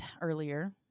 earlier